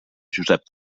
josep